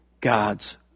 God's